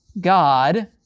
God